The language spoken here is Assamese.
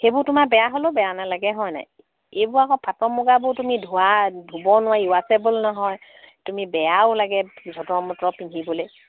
সেইবোৰ তোমাৰ বেয়া হ'লেও বেয়া নালাগে হয় নাই এইবোৰ আকৌ পাটৰ মুগাবোৰ তুমি ধোৱা ধুব নোৱাৰি ৱাশ্বেবল নহয় তুমি বেয়াও লাগে যতৰ মটৰ পিন্ধিবলে